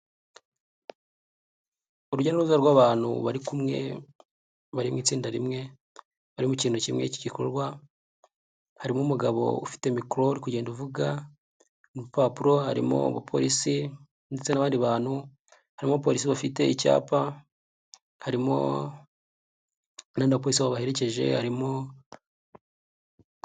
Urujya n'uruza rw'abantu bari kumwe, bari mu itsinda rimwe, bari mu ikintu kimwe k'igikorwa, harimo umugabo ufite mikoro uri kugenda uvuga, urupapuro harimo abapolisi, ndetse n'abandi bantu, harimo abapolisi bafite icyapa, harimo n'abandi ba polisi babaherekeje, harimo.